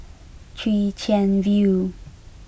Chwee Chian View